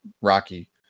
Rocky